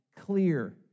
clear